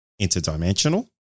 interdimensional